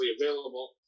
available